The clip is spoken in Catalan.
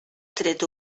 tret